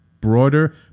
broader